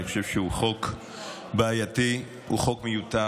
אני חושב שהוא חוק בעייתי, הוא חוק מיותר.